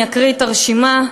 אני אקריא את הרשימה: